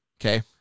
Okay